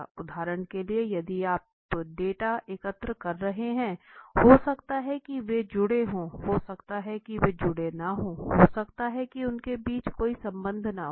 उदाहरण के लिए यदि आप डेटा एकत्र कर रहे हैं हो सकता है कि वे जुड़े हों हो सकता है कि वे जुड़े न होंहो सकता है कि उनके बीच कोई संबंध न हो